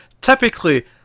typically